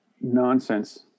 nonsense